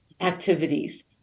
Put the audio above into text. activities